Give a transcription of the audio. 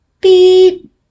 Beep